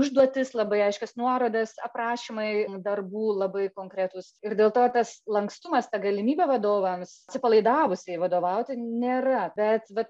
užduotis labai aiškias nuorodas aprašymai darbų labai konkretūs ir dėl to tas lankstumas ta galimybė vadovams atsipalaidavusiai vadovauti nėra bet vat